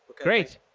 great.